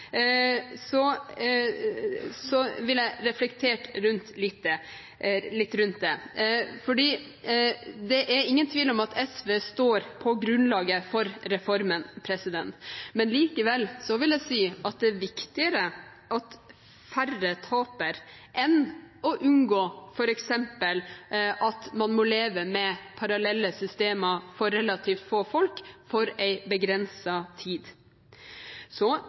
jeg vil reflektere litt rundt det. Det er ingen tvil om at SV står på grunnlaget for reformen. Likevel vil jeg si at det er viktigere at færre taper enn å unngå f.eks. at man må leve med parallelle systemer for relativt få folk for en begrenset tid. Så